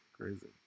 Crazy